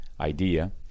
idea